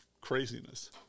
craziness